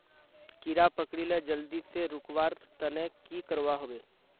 कीड़ा पकरिले जल्दी से रुकवा र तने की करवा होबे?